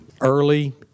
early –